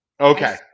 Okay